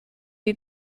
die